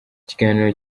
kiganiro